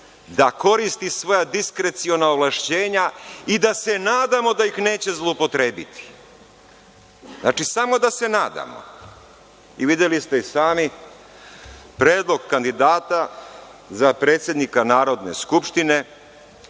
da koristi svoja diskreciona ovlašćenja i da se nadamo da ih neće zloupotrebiti, znači, samo da se nadamo. Videli ste i sami, predlog kandidata za predsednika Narodne skupštine